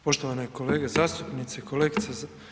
Poštovane kolege zastupnici, kolegice.